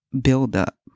buildup